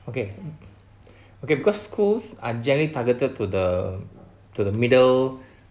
okay okay because schools are generally targeted to the to the middle